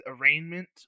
arraignment